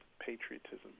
patriotism